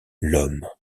l’homme